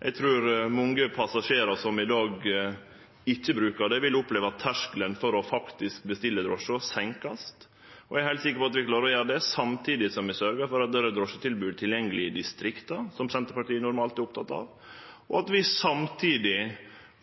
Eg trur mange passasjerar som i dag ikkje brukar det, vil oppleve at terskelen for å bestille drosje, vert senka. Eg er heilt sikker på at vi klarer å gjere det, samtidig som vi sørgjer for at det er drosjetilbod tilgjengeleg i distrikta – som Senterpartiet normalt er oppteke av. Samtidig